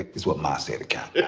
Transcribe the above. it's what ma say that count.